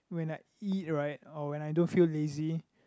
when I eat right or when I don't feel lazy